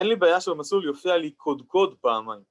‫אין לי בעיה שבמסלול יופיע לי ‫קודקוד פעמיים.